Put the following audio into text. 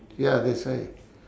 ya that's why